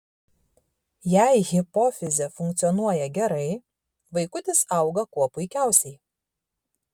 jei hipofizė funkcionuoja gerai vaikutis auga kuo puikiausiai